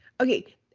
Okay